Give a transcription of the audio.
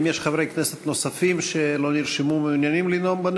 האם יש חברי כנסת נוספים שלא נרשמו ומעוניינים לנאום?